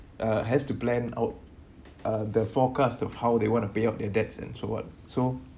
uh has to plan out uh the forecast of how they want to pay off their debts and so on so